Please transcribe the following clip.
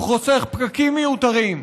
הוא חוסך פקקים מיותרים,